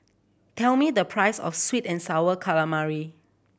tell me the price of sweet and Sour Calamari